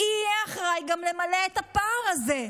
יהיה האחראי למלא את הפער הזה.